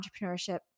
entrepreneurship